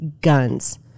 guns